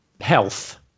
health